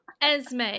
Esme